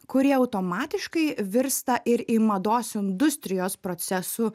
kurie automatiškai virsta ir į mados industrijos procesu